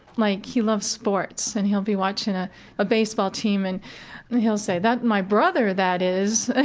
like, he loves sports, and he'll be watching a baseball team and he'll say that's my brother, that is,